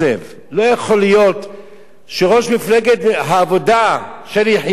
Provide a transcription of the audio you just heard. לא יכול להיות שראש מפלגת העבודה, שלי יחימוביץ,